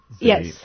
Yes